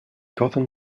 gotham